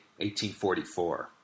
1844